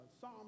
Psalm